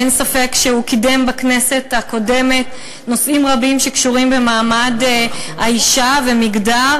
אין ספק שהוא קידם בכנסת הקודמת נושאים רבים שקשורים למעמד האישה ומגדר,